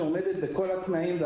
שעומדת בכל התנאים,